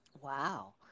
Wow